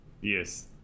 Yes